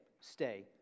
stay